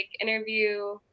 interview